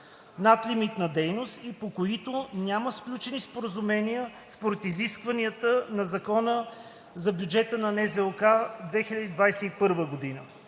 надлимитна дейност, и по които няма сключени споразумения според изискванията на Закона за бюджета на Националната